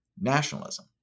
nationalism